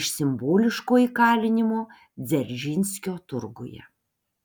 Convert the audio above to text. iš simboliško įkalinimo dzeržinskio turguje